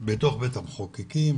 בתוך בית המחוקקים,